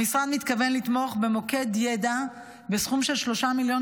המשרד מתכוון לתמוך במוקד ידע בסכום של 3 מיליון